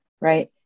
right